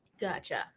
Gotcha